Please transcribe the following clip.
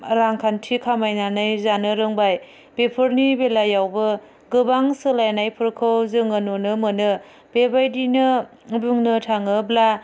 रांखान्थि खामायनानै जानो रोंबाय बेफोरनि बेलायावबो गोबां सोलायनायफोरखौ जोङो नुनो मोनो बेबायदिनो बुंनो थाङोब्ला